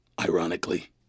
Ironically